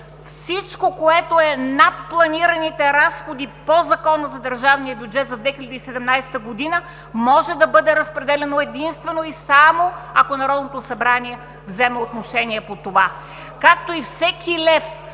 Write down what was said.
всичко, което е над планираните разходи по Закона за държавния бюджет за 2017 г., може да бъде разпределяно единствено и само, ако Народното събрание взема отношение по това, както и всеки лев,